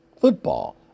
football